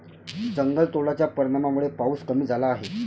जंगलतोडाच्या परिणामामुळे पाऊस कमी झाला आहे